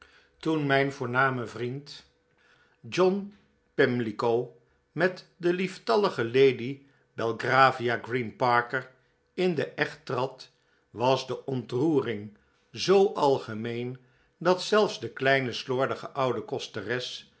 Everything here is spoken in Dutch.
toen mijn voorname vriend john pimlico met de lieftallige lady belgravia green parker in den echt trad was de ontroering zoo algemeen dat zelfs de kleine slordige oude kosteres